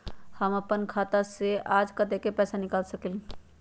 हम अपन खाता से आज कतेक पैसा निकाल सकेली?